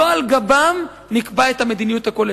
לא על גבם נקבע את המדיניות הכוללת.